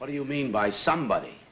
what do you mean by somebody